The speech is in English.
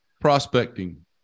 prospecting